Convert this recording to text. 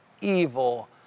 evil